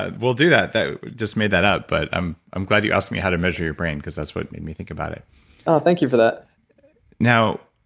ah we'll do that, i just made that up but i'm i'm glad you asked me how to measure your brain, because that's what made me think about it oh, thank you for that now,